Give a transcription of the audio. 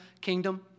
kingdom